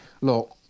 look